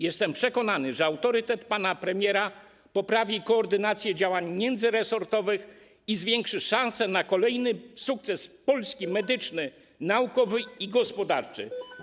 Jestem przekonany, że autorytet pana premiera poprawi koordynację działań międzyresortowych i zwiększy szansę na kolejny sukces Polski: medyczny, naukowy i gospodarczy.